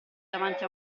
davanti